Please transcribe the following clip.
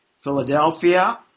Philadelphia